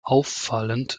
auffallend